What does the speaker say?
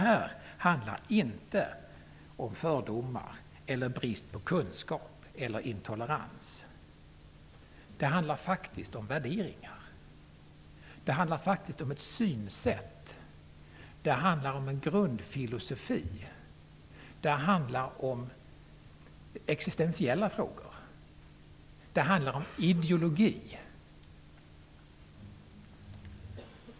Det handlar inte om fördomar, brist på kunskap eller intolerans. Det handlar om värderingar. Det handlar om ett synsätt. Det handlar om en grundfilosofi. Det handlar om existensiella frågor. Det handlar om ideologi.